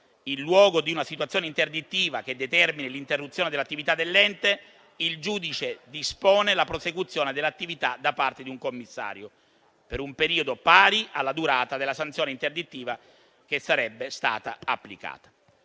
in luogo di una sanzione interdittiva che determini l'interruzione dell'attività dell'ente, il giudice dispone la prosecuzione dell'attività da parte di un commissario per un periodo pari alla durata della sanzione interdittiva che sarebbe stata applicata.